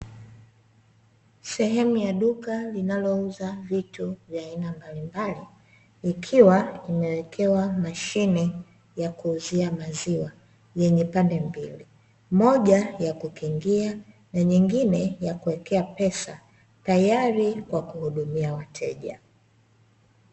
Sehemu ya duka linalouza vitu vya aina mbalimbali ikiwa imewekewa mashine ya kuuzia maziwa yenye pande mbili moja ya kukingia na nyingine ya kuwekea pesa tayari kwa kuhudumia wateja.